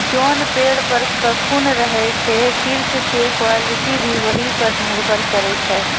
जोन पेड़ पर ककून रहै छे सिल्क के क्वालिटी भी वही पर निर्भर करै छै